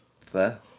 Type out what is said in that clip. Fair